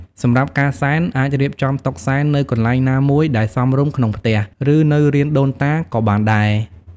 សម្រាប់ការសែន អាចរៀបចំតុសែននៅកន្លែងណាមួយដែលសមរម្យក្នុងផ្ទះ ឬនៅរានដូនតាក៏បានដែរ។